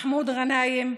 מחמוד גנאים,